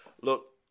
look